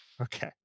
Okay